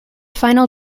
final